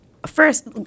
First